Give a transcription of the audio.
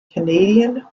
canadian